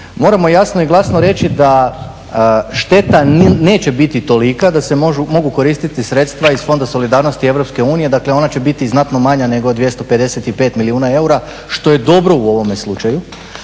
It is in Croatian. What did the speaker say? moramo jasno i glasno reći da šteta neće biti tolika da se mogu koristiti sredstva iz Fonda solidarnosti EU. Dakle, ona će biti znatno manja nego 255 milijuna eura, što je dobro u ovome slučaju.